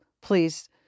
Please